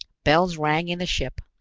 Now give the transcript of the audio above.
bells rang in the ship,